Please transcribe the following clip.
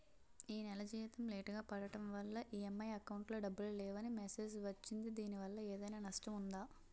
ఈ నెల జీతం లేటుగా పడటం వల్ల ఇ.ఎం.ఐ అకౌంట్ లో డబ్బులు లేవని మెసేజ్ వచ్చిందిదీనివల్ల ఏదైనా నష్టం ఉందా?